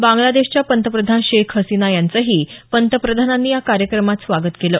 बांग्लादेशच्या पंतप्रधान शेख हसीना याचंही पंतप्रधानांनी या कार्यक्रमात स्वागत केलं